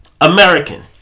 American